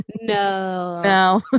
no